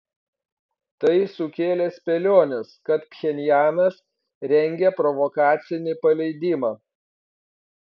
tai sukėlė spėliones kad pchenjanas rengia provokacinį paleidimą